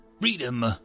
freedom